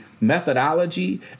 methodology